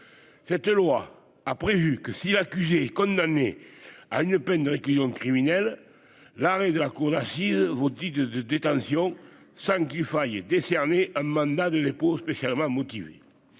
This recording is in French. cette loi a prévu que si l'accusé est condamné à une peine de réclusion criminelle, l'arrêt de la cour d'assises vos dit de de détention sans qu'il faille est décerné un mandat de dépôt spécialement motivée